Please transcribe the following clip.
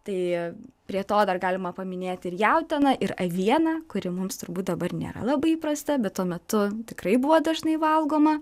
tai prie to dar galima paminėti ir jautieną ir avieną kuri mums turbūt dabar nėra labai įprasta bet tuo metu tikrai buvo dažnai valgoma